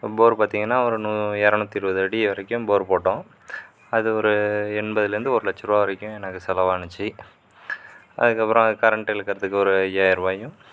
இப்போ போர் பார்த்தீங்கன்னா ஒரு நூ இரநூத்து இருபதடி வரைக்கும் போர் போட்டோம் அது ஒரு எண்பதுலயிருந்து ஒரு லட்சரூபாய் வரைக்கும் எனக்கு செலவாகினுச்சி அதுக்கப்புறம் கரண்ட் இழுக்குறதுக்கு ஒரு ஐயாயிரூபாயும்